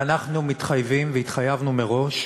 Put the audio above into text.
ואנחנו מתחייבים, והתחייבנו מראש,